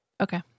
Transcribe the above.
Okay